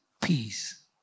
peace